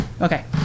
Okay